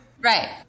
right